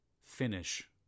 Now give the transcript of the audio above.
Finish